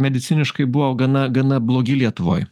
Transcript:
mediciniškai buvo gana gana blogi lietuvoj